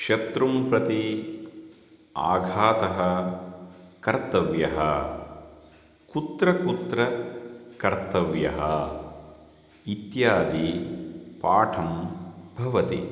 शत्रुं प्रति आघातः कर्तव्यः कुत्र कुत्र कर्तव्यः इत्यादि पाठं भवति